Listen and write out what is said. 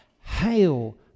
hail